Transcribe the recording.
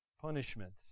punishment